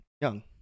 young